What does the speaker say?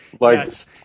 Yes